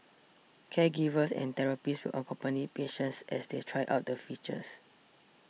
caregivers and therapists will accompany patients as they try out the features